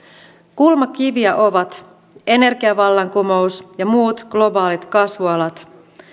kulmakiviä ovat energiavallankumous ja muut globaalit kasvualat